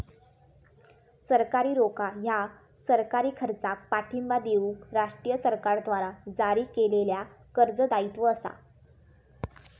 सरकारी रोखा ह्या सरकारी खर्चाक पाठिंबा देऊक राष्ट्रीय सरकारद्वारा जारी केलेल्या कर्ज दायित्व असा